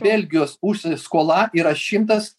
belgijos užsienį skola yra šimtas